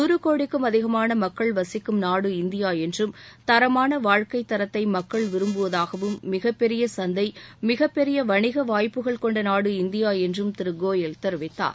நூறு கோடிக்கும் அதிகமான மக்கள் வசிக்கும் நாடு இந்தியா என்றும் தரமான வாழ்க்கைத் தரத்தை மக்கள் விரும்புவதாகவும் மிகப்பெரிய சந்தை மிகப்பெரிய வணிக வாய்ப்புகள் கொண்ட நாடு இந்தியா என்றும் திரு கோயல் தெரிவித்தார்